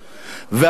אסור